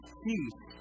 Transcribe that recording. peace